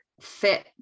fit